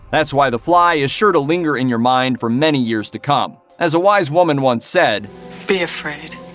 that's why the fly is sure to linger in your mind for many years to come. as a wise woman once said be afraid.